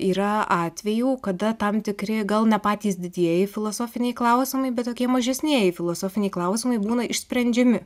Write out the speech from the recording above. yra atvejų kada tam tikri gal ne patys didieji filosofiniai klausimai bet tokie mažesnieji filosofiniai klausimai būna išsprendžiami